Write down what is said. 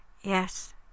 yes